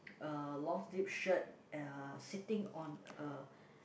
uh long sleeve shirt uh sitting on a